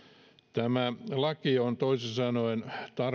tämä laki on toisin sanoen